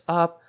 up